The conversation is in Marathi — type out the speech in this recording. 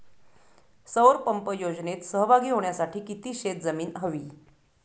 सौर पंप योजनेत सहभागी होण्यासाठी किती शेत जमीन हवी?